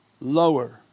lower